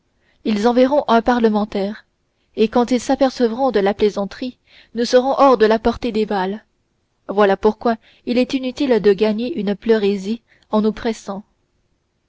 ils enverront un parlementaire et quand ils s'apercevront de la plaisanterie nous serons hors de la portée des balles voilà pourquoi il est inutile de gagner une pleurésie en nous pressant